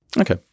Okay